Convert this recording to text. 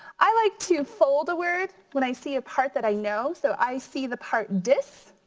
i like to fold a word when i see a part that i know so i see the part dis,